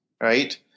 right